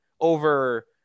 over